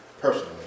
personally